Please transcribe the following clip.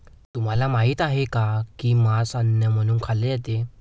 तुम्हाला माहित आहे का की मांस अन्न म्हणून खाल्ले जाते?